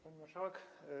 Pani Marszałek!